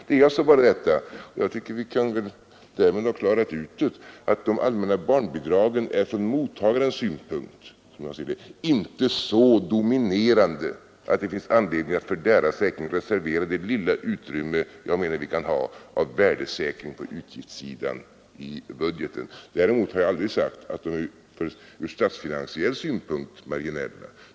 Därmed kan vi väl ha klarat ut, att de allmänna barnbidragen från mottagarens synpunkt inte är så dominerande att det finns anledning att för deras räkning reservera det lilla utrymme vi kan ha för värdesäkring på utgiftssidan i budgeten. Däremot har jag aldrig sagt att barnbidragen ur statsfinansiell synpunkt är marginella.